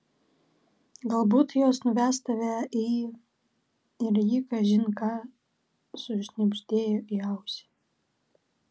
galbūt jos nuves tave į ir ji kažin ką sušnibždėjo į ausį